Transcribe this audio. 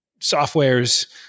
softwares